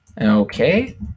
Okay